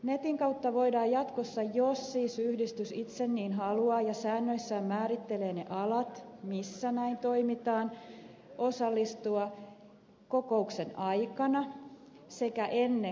netin kautta voidaan jatkossa jos siis yhdistys itse niin haluaa ja säännöissään määrittelee ne alat millä näin toimitaan osallistua päätöksentekoon kokouksen aikana sekä ennen kokousta